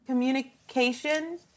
Communication